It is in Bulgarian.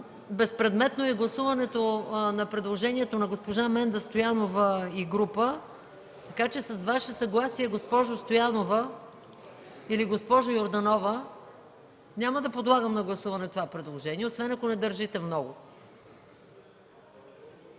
Безпредметно е и гласуването на предложението на госпожа Менда Стоянова и група народни представители. С Ваше съгласие, госпожо Стоянова или госпожо Йорданова, няма да подлагам на гласуване това предложение, освен ако не държите много.